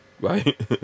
right